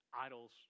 idols